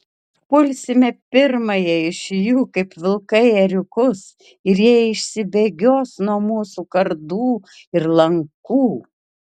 pulsime pirmąją iš jų kaip vilkai ėriukus ir jie išsibėgios nuo mūsų kardų ir lankų